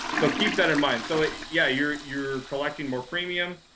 so keep that in mind. so yeah, you're you're collecting more premium.